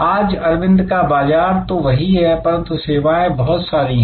आज अरविंद का बाजार तो वही है परंतु सेवाएं बहुत सारी है